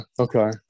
okay